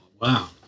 Wow